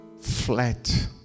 flat